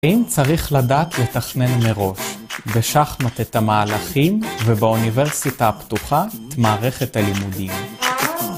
אם צריך לדעת לתכנן מראש בשחמט את המהלכים ובאוניברסיטה הפתוחה את מערכת הלימודים